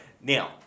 Now